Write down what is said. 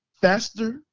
faster